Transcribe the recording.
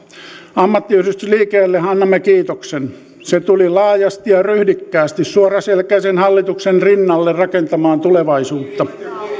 ammattiyhdistysliikkeelle annamme kiitoksen se tuli laajasti ja ryhdikkäästi suoraselkäisen hallituksen rinnalle rakentamaan tulevaisuutta